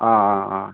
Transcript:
ஆ ஆ ஆ